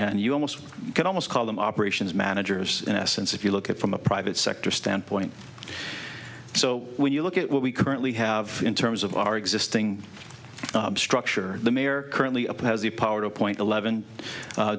and you almost can almost call them operations managers in essence if you look at from a private sector standpoint so when you look at what we currently have in terms of our existing structure the mayor currently up has the power to appoint eleven